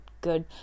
good